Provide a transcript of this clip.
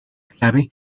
clave